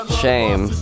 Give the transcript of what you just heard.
shame